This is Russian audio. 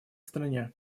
стране